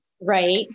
right